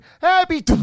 happy